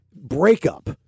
breakup